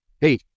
hey